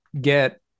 get